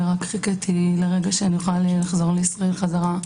ורק חיכיתי לרגע שבו אוכל לחזור לישראל בחזרה,